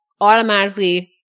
automatically